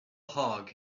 hog